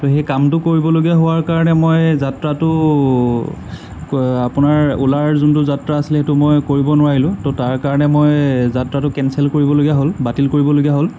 ত' সেই কামটো কৰিবলগীয়া হোৱাৰ কাৰণে মই যাত্ৰাটো আপোনাৰ অ'লাৰ যোনটো যাত্ৰা আছিলে সেইটো মই কৰিব নোৱাৰিলোঁ ত' তাৰ কাৰণে মই যাত্ৰাটো কেনচেল কৰিবলগীয়া হ'ল বাতিল কৰিবলগীয়া হ'ল